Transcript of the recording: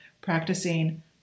practicing